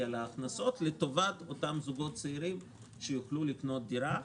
על ההכנסות לטובת זוגות צעירים שיוכלו לקנות דירה.